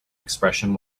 expression